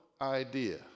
idea